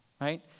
right